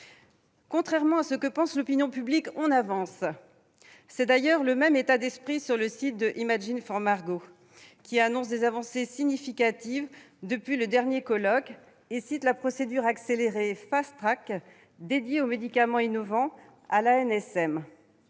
Contrairement à ce que pense l'opinion publique, on avance !» On retrouve le même état d'esprit sur le site d', qui annonce des avancées significatives depuis le dernier colloque, et cite la procédure accélérée de l'ANSM dédiée aux médicaments innovants, la